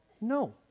No